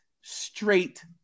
straight